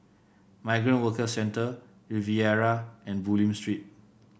Migrant Workers Centre Riviera and Bulim Street